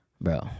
Bro